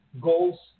goals